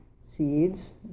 seeds